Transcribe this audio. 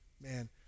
Man